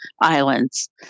islands